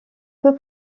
peu